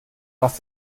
was